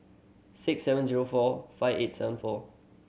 six seven zero four five eight seven four